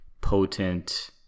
potent